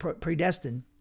predestined